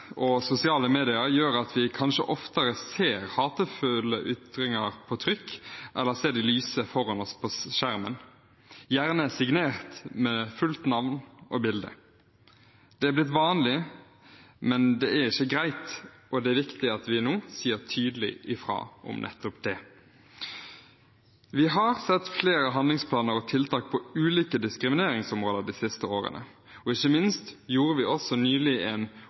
og sosiale medier gjør at vi kanskje oftere ser hatefulle ytringer på trykk, eller ser dem lyse foran oss på skjermen, gjerne signert med fullt navn og bilde. Det er blitt vanlig, men det er ikke greit, og det er viktig at vi nå sier tydelig fra om nettopp det. Vi har sett flere handlingsplaner og tiltak på ulike diskrimineringsområder de siste årene, og ikke minst oppdaterte vi nylig